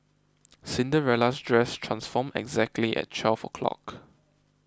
Cinderella's dress transformed exactly at twelve o'clock